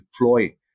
deploy